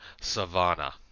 Savanna